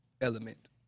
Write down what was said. element